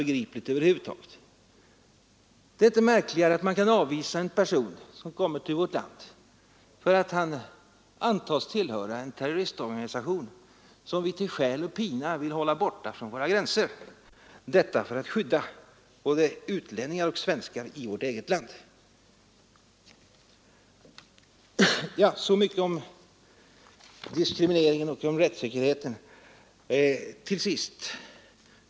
Det är 25 april 1974 inte märkligare att man kan avvisa en person, som kommer till vårt land, därför att han tillhör en terroristorganisation som vi för död och pina inte vill ha inom våra gränser, detta för att skydda både utlänningar och svenskar i vårt eget land.